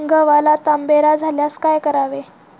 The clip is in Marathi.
गव्हाला तांबेरा झाल्यास काय करावे?